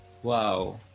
Wow